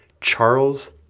Charles